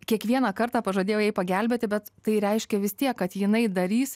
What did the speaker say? kiekvieną kartą pažadėjau jai pagelbėti bet tai reiškia vis tiek kad jinai darys